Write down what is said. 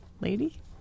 lady